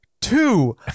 Two